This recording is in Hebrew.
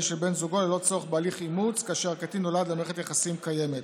של בן זוגו ללא צורך בהליך אימוץ כאשר הקטין נולד למערכת יחסים קיימת.